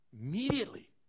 immediately